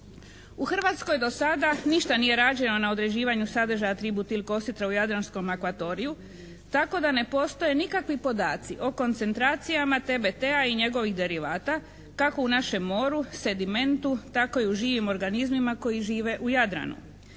U Hrvatskoj do sada ništa nije rađeno na određivanju sadržaja tributil kositra u jadranskom akvatoriju tako da ne postoje nikakvi podaci o koncentracijama TBT-a i njegovih derivata kako u našem moru, sedimentu, tako i u živim organizmima koji žive u Jadranu.